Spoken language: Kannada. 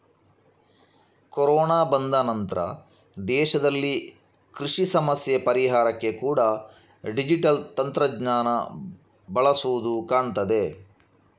ಕೊರೋನಾ ಬಂದ ನಂತ್ರ ದೇಶದಲ್ಲಿ ಕೃಷಿ ಸಮಸ್ಯೆ ಪರಿಹಾರಕ್ಕೆ ಕೂಡಾ ಡಿಜಿಟಲ್ ತಂತ್ರಜ್ಞಾನ ಬಳಸುದು ಕಾಣ್ತದೆ